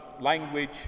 language